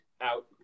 out